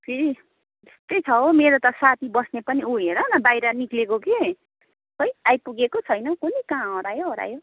फेरि त्यस्तै छ हौ मेरो त साथी बस्ने पनि ऊ हेर न बाहिर निक्लिएको कि खोइ आइपुगेको छैन कोनि कहाँ हरायो हरायो